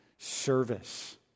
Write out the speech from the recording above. Service